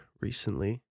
recently